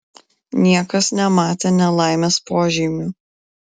niekas nematė nelaimės požymių